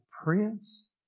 Prince